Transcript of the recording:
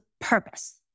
purpose